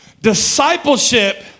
Discipleship